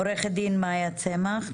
עורכת דין מאיה צמח,